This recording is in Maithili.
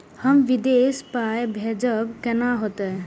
हम विदेश पाय भेजब कैना होते?